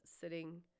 sitting